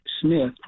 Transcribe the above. Smith